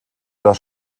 das